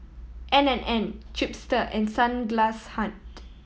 N and N Chipster and Sunglass Hut